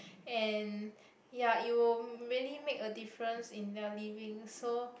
and ya it will really make a difference in their living so